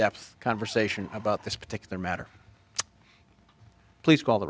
depth conversation about this particular matter please call the